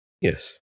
Yes